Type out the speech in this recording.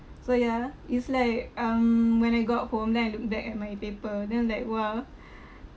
so ya it's like um when I got home then I look back at my paper then I'm like !wah!